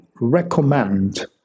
recommend